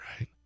right